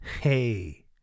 Hey